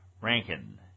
Rankin